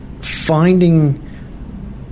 finding